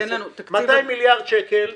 200 מיליארד שקל,